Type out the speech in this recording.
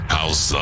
House